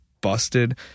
busted